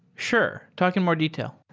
sure. talk in more detail.